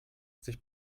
sich